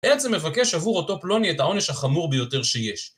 עצם מבקש עבור אותו פלוני את העונש החמור ביותר שיש.